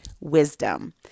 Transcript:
Wisdom